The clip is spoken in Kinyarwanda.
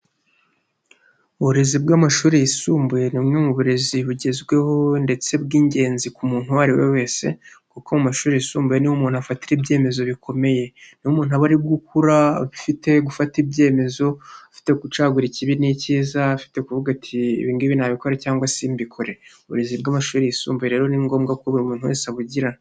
Uburezi bw'amashuri yisumbuye ni bumwe mu burezi bugezweho ndetse bw'ingenzi ku muntu uwo ari we wese, kuko mu mashuri yisumbuye ni ho umuntu afatira ibyemezo bikomeye, n'umuntu aba ari gukura afite gufata ibyemezo, afite gucagura ikibi n'icyiza, afite kuvuga ati: "Ibi ngibi nabikora cyangwa simbikore", uburezi bw'amashuri yisumbuye rero ni ngombwa ko buri muntu wese abugira.